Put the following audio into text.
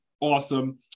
awesome